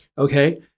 Okay